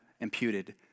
imputed